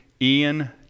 Ian